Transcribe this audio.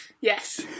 Yes